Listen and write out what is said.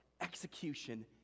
execution